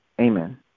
Amen